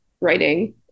writing